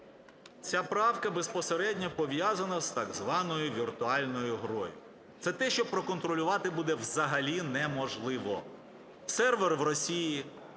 Ця правка безпосередньо пов'язана з так званою віртуальною грою. Це те, що проконтролювати буде взагалі неможливо. Сервер в Росії,